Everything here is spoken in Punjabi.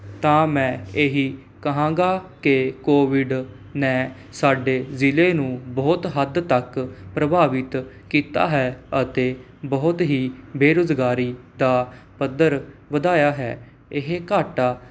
ਤਾਂ ਮੈਂ ਇਹੀ ਕਹਾਂਗਾ ਕਿ ਕੋਵਿਡ ਨੇ ਸਾਡੇ ਜ਼ਿਲ੍ਹੇ ਨੂੰ ਬਹੁਤ ਹੱਦ ਤੱਕ ਪ੍ਰਭਾਵਿਤ ਕੀਤਾ ਹੈ ਅਤੇ ਬਹੁਤ ਹੀ ਬੇਰੁਜ਼ਗਾਰੀ ਦਾ ਪੱਧਰ ਵਧਾਇਆ ਹੈ ਇਹ ਘਾਟਾ